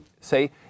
say